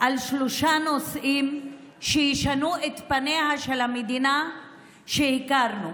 בשלושה נושאים שישנו את פניה של המדינה שהכרנו.